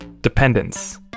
dependence